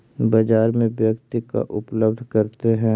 बाजार में व्यक्ति का उपलब्ध करते हैं?